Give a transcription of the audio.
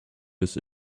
this